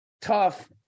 tough